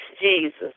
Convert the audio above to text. Jesus